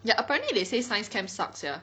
ya apparently they say science camp sucks sia